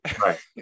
Right